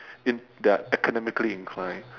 in their academically inclined